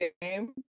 game